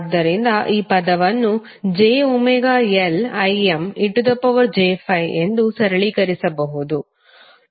ಆದ್ದರಿಂದ ಈ ಪದವನ್ನು jωLImej∅ ಎಂದು ಸರಳೀಕರಿಸಬಹುದು